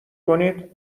کنید